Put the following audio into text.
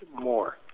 more